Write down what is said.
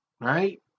right